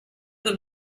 than